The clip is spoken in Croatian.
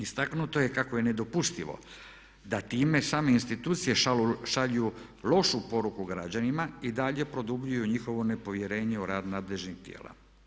Istaknuto je kako je nedopustivo da time same institucije šalju lošu poruku građanima i dalje produbljuju njihovo nepovjerenje u rad nadležnih tijela.